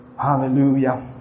Hallelujah